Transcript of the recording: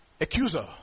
Accuser